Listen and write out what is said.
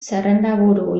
zerrendaburu